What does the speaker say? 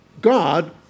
God